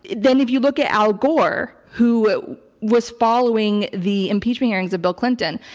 then if you look at al gore, who was following the impeachment hearings of bill clinton,